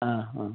ಆಂ ಹಾಂ